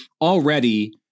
already